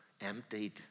emptied